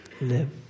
live